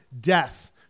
death